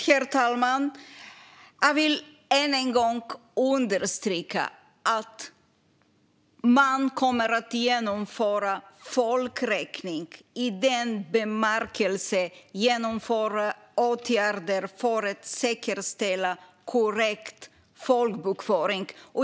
Herr talman! Jag vill än en gång understryka att man kommer att genomföra folkräkning i den bemärkelsen att vidta åtgärder för att säkerställa korrekt folkbokföring.